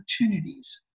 opportunities